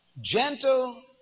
gentle